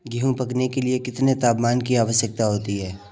गेहूँ पकने के लिए कितने तापमान की आवश्यकता होती है?